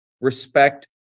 respect